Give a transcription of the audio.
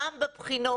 גם בבחינות.